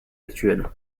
actuelle